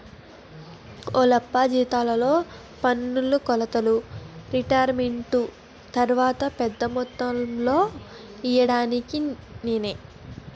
ఓలప్పా జీతాల్లో పన్నుకోతలు రిటైరుమెంటు తర్వాత పెద్ద మొత్తంలో ఇయ్యడానికేనే